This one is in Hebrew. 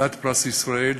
כלת פרס ישראל,